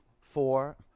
four